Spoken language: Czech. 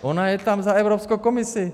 Ona je tam za Evropskou komisi.